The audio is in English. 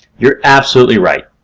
you're absolutely right.